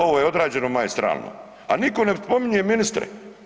Ovo je odrađeno maestralno a nitko ne spominje ministre.